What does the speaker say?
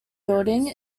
building